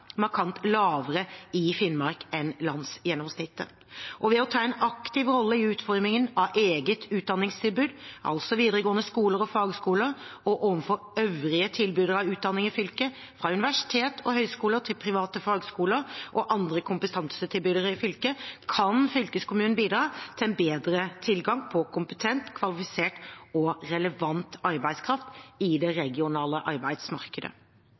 lavere i Finnmark enn landsgjennomsnittet. Ved å ta en aktiv rolle i utformingen av eget utdanningstilbud, altså videregående skoler og fagskoler, og overfor øvrige tilbydere av utdanning i fylket, fra universitet og høyskoler til private fagskoler og andre kompetansetilbydere i fylket, kan fylkeskommunene bidra til en bedre tilgang på kompetent, kvalifisert og relevant arbeidskraft i det regionale arbeidsmarkedet.